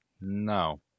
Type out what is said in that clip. No